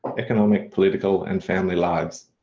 economic, political and family lives.